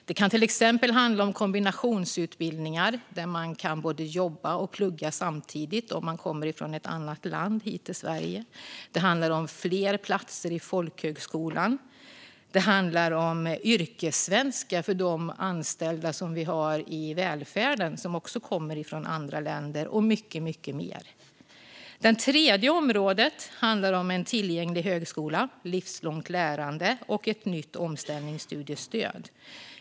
Det kan till exempel gälla kombinationsutbildningar där man kan både jobba och plugga samtidigt om man har kommit hit till Sverige från ett annat land. Det handlar om fler platser i folkhögskolan. Det handlar om yrkessvenska för anställda i välfärden som kommer från andra länder och mycket, mycket mer. Den tredje området handlar om en tillgänglig högskola, livslångt lärande och ett nytt omställningsstudiestöd.